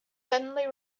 suddenly